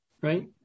right